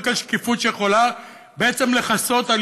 רק השקיפות שיכולה בעצם לכסות על